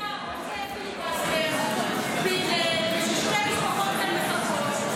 אתה עושה פיליבסטר, כששתי משפחות כאן מחכות.